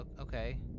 okay